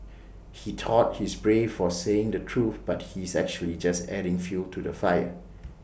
he thought he's brave for saying the truth but he's actually just adding fuel to the fire